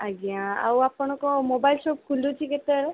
ଆଜ୍ଞା ଆଉ ଆପଣଙ୍କ ମୋବାଇଲ ସପ୍ ଖୋଲୁଛି କେତେବେଳେ